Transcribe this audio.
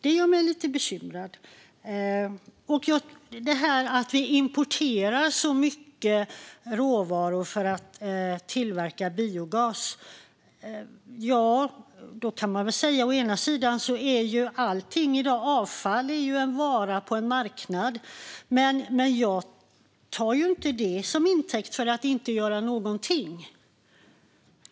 Det gör mig lite bekymrad. Vi importerar mycket råvaror för att tillverka biogas. Avfall är i dag en vara på en marknad. Jag tar inte det som intäkt för att inte göra någonting.